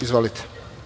Izvolite.